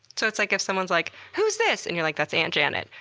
so it's like if someone's like who's this? and you're like that's aunt janet.